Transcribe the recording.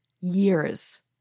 years